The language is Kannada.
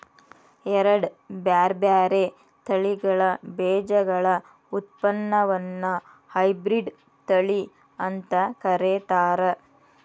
ಎರಡ್ ಬ್ಯಾರ್ಬ್ಯಾರೇ ತಳಿಗಳ ಬೇಜಗಳ ಉತ್ಪನ್ನವನ್ನ ಹೈಬ್ರಿಡ್ ತಳಿ ಅಂತ ಕರೇತಾರ